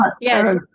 Yes